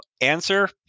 answer